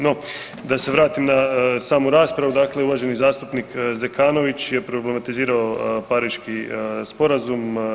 No, da se vratim na samu raspravu, dakle uvaženi zastupnik Zekanović je problematizirao Pariški sporazum.